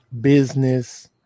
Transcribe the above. business